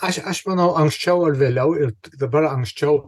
aš aš manau anksčiau ar vėliau ir tik dabar anksčiau